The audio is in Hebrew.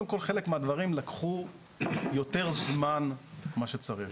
קודם כל את חלק מהדברים לקחו יותר זמן ממה שצריך,